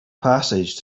passage